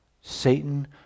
Satan